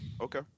okay